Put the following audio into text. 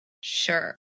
Sure